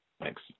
Thanks